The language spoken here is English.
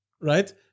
right